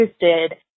interested